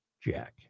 Jack